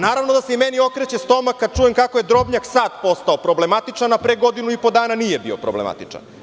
Naravno da se i meni okreće stomak kada čujem kako je Drobnjak sada postao problematičan, a pre godinu i po dana nije bio problematičan.